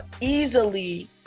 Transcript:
easily